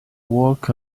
walk